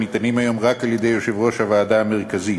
הניתנים היום רק על-ידי יושב-ראש הוועדה המרכזית.